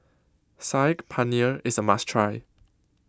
Saag Paneer IS A must Try